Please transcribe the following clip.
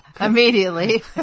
immediately